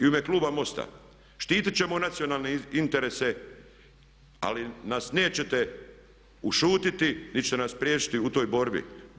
I u ime kluba MOST-a štiti ćemo nacionalne interese ali nas nećete ušutiti niti ćete nas spriječiti u toj borbi.